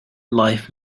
life